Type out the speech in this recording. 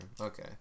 okay